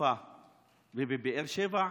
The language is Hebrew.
ובחיפה ובבאר שבע?